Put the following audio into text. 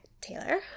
Taylor